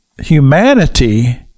humanity